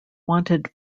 wanted